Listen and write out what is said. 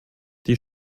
die